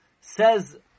Says